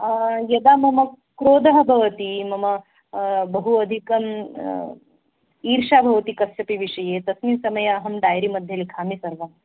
यदा मम क्रोधः भवति मम बहु अधिकं ईर्ष्या भवति कस्यापि विषये तस्मिन् समये अहं डाैरी मध्ये लिखामि सर्वम्